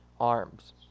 arms